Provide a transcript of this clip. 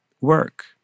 work